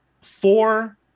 four